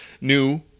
new